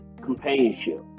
Companionship